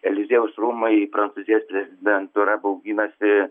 eliziejaus rūmai prancūzijos prezidentūra bauginasi